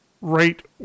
right